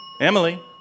Emily